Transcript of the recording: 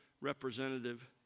representative